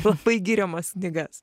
labai giriamas knygas